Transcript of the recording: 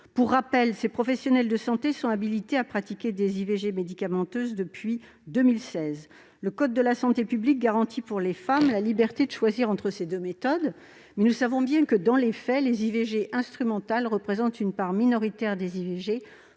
Pour rappel, ces professionnels de santé sont habilités à pratiquer des IVG médicamenteuses depuis 2016. Le code de la santé publique garantit aux femmes la liberté de choisir entre ces deux méthodes, mais nous savons bien que, dans les faits, les IVG instrumentales représentent une part minoritaire des IVG,